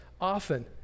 often